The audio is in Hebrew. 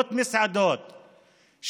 מאות מסעדות,